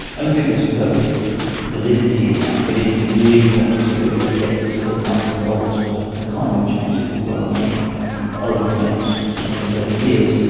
and i think there's perfect validity in that. but if you really want to get to the nuts and bolts of the kind of change that we've got to make over the next twenty, thirty years,